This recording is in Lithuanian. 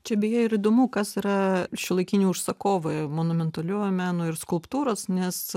čia beje ir įdomu kas yra šiuolaikiniai užsakovai monumentaliojo meno ir skulptūros nes